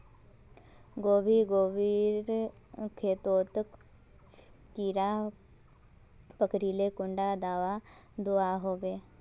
गोभी गोभिर खेतोत कीड़ा पकरिले कुंडा दाबा दुआहोबे?